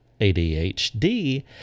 ADHD